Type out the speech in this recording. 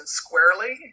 squarely